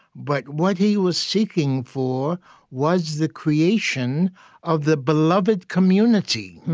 but what he was seeking for was the creation of the beloved community,